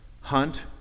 hunt